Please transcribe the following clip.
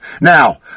Now